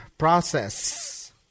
Process